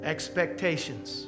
Expectations